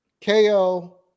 KO